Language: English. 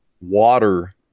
water